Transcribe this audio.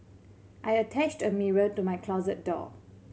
I attached a mirror to my closet door